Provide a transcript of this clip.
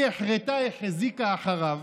היא החרתה החזיקה אחריו